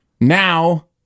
Now